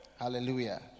Hallelujah